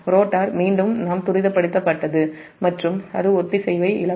rotor மீண்டும் நாம் துரிதப்படுத்தப்பட்டது மற்றும் அது ஒத்திசைவை இழக்கும்